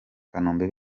kanombe